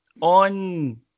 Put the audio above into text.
on